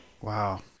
Wow